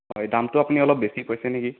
হয় দামটো আপুনি অলপ বেছি কৈছে নেকি